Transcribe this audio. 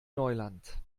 neuland